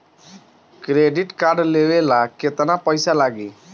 Credit card लेवे ला केतना पइसा लागी?